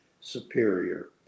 superior